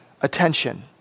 attention